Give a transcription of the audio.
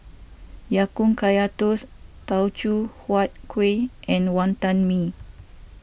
Ya Kun Kaya Toast Teochew Huat Kueh and Wonton Mee